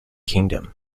kingdom